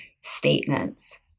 statements